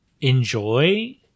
enjoy